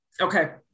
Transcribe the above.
Okay